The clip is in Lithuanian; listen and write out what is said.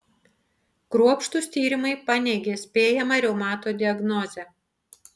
kruopštūs tyrimai paneigė spėjamą reumato diagnozę